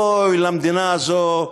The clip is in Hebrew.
אוי למדינה הזו,